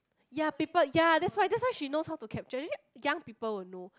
ya people ya that's why that's why she knows how to capture young people will know